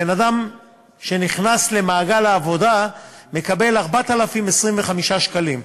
בן-אדם שנכנס למעגל העבודה מקבל 4,025 שקלים.